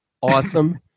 awesome